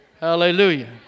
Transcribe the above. Hallelujah